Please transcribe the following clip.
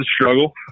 struggle